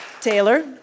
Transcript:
Taylor